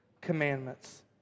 commandments